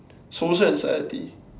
social anxiety